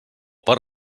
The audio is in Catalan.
per